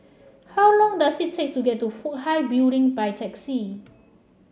how long does it take to get to Fook Hai Building by taxi